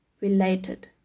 related